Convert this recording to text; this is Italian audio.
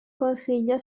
consiglio